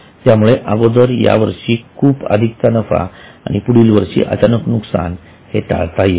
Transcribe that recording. यामुळे अगोदरच यावर्षी खूप अधिकचा नफा आणि पुढील वर्षी अचानक नुकसान हे टाळता येईल